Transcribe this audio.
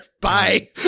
Bye